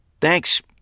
Thanks